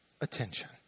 attention